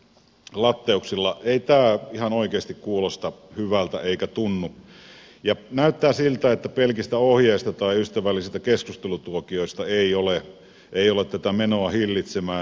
ei tämä ihan oikeasti kuulosta eikä tunnu hyvältä ja näyttää siltä että pelkistä ohjeista tai ystävällisistä keskustelutuokioista ei ole tätä menoa hillitsemään